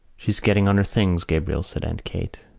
she's getting on her things, gabriel, said aunt kate.